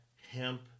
Hemp